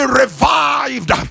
revived